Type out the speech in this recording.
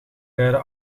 beide